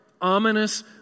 ominous